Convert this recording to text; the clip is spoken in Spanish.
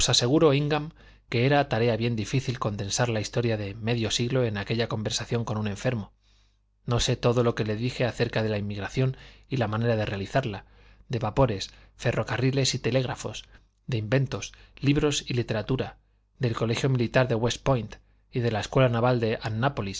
íngham que era tarea bien difícil condensar la historia de medio siglo en aquella conversación con un enfermo no sé todo lo que le dije acerca de la inmigración y la manera de realizarla de vapores ferrocarriles y telégrafos de inventos libros y literatura del colegio militar de west point y de la escuela naval de annápolis